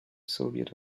soviet